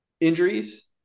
Injuries